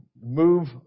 move